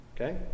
Okay